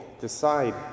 decide